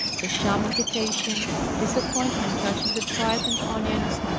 the sham invitation, the disappointment touching the tripe and onions,